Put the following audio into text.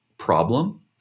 Problem